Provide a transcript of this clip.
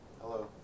Hello